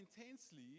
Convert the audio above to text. intensely